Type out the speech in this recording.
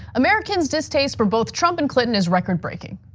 americans' distaste for both trump and clinton is record-breaking.